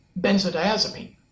benzodiazepine